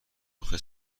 آخه